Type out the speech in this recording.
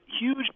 huge